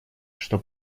что